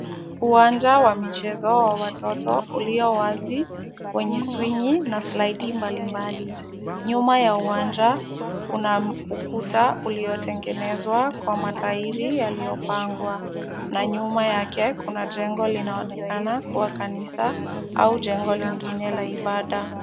Uwanja wa michezo ya watoto ulio wazi wenye swingi na slaidi mbalimbali. Nyuma ya uwanja kuna ukuta uliotengenezwa kwa matairi yaliyopangwa na nyuma yake kuna jengo linaloonekana kuwa kanisa au jengo lingine la ibada.